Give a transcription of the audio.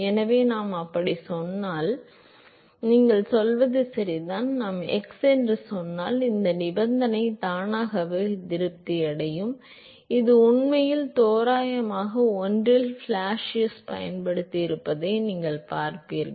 எனவே நான் அப்படிச் சொன்னால் நீங்கள் சொல்வது சரிதான் நான் x என்று சொன்னால் இந்த நிபந்தனை தானாகவே திருப்தி அடையும் இது உண்மையில் தோராயமான ஒன்றில் ப்ளாசியஸ் யன்படுத்தியிருப்பதை நீங்கள் பார்ப்பீர்கள்